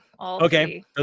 Okay